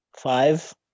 Five